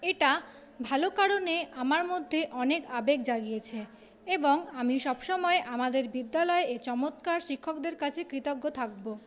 এটা ভালো কারণে আমার মধ্যে অনেক আবেগ জাগিয়েছে এবং আমি সবসময় আমাদের বিদ্যালয়ে এই চমৎকার শিক্ষকদের কাছে কৃতজ্ঞ থাকব